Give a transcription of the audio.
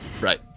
Right